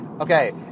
okay